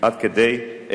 עד כדי אפס.